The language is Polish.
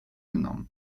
mną